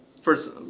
first